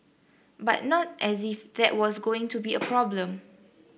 but not as if that was going to be a problem